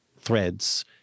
threads